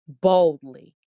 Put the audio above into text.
boldly